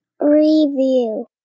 review